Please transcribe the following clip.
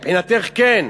מבחינתך, כן.